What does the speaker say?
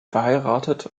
verheiratet